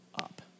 up